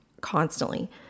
constantly